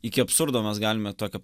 iki absurdo mes galime tokią